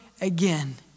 again